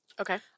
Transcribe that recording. Okay